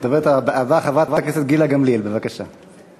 הדוברת הבאה, חברת הכנסת גילה גמליאל, בבקשה.